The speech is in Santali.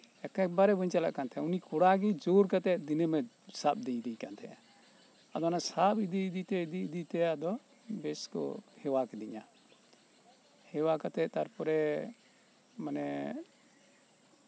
ᱮᱠᱮᱵᱟᱨᱮ ᱵᱟᱹᱧ ᱪᱟᱞᱟᱜ ᱠᱟᱱ ᱛᱟᱦᱮᱸᱜᱼᱟ ᱩᱱᱤ ᱠᱚᱲᱟ ᱜᱮ ᱮᱠᱫᱚᱢ ᱡᱳᱨ ᱠᱟᱛᱮ ᱫᱤᱱᱟᱹᱢᱮ ᱥᱟᱵ ᱤᱫᱤᱭᱮᱫᱤᱧ ᱠᱟᱱ ᱛᱟᱦᱮᱱᱟ ᱟᱫᱚ ᱚᱱᱟ ᱥᱟᱵ ᱤᱫᱤᱼᱤᱫᱤ ᱛᱮ ᱟᱫᱚ ᱵᱮᱥ ᱠᱚ ᱦᱮᱣᱟ ᱠᱤᱫᱤᱧᱟ ᱦᱮᱣᱟ ᱠᱟᱛᱮ ᱛᱟᱨᱯᱚᱨᱮ ᱢᱟᱱᱮ